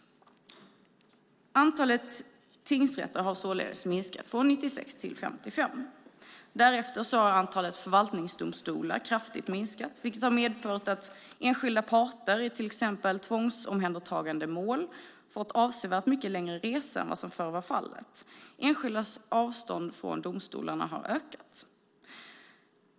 Antalet tingsrätter har således minskat från 96 till 55. Därefter har antalet förvaltningsdomstolar kraftigt minskat, vilket har medfört att enskilda parter i exempelvis mål om tvångsomhändertagande har fått avsevärt mycket längre att resa än vad som förr var fallet. Enskildas avstånd från domstolarna har ökat.